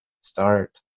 start